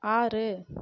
ஆறு